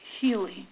healing